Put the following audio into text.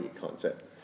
concept